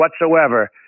whatsoever